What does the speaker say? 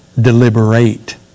Deliberate